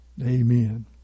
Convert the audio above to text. Amen